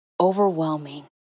overwhelming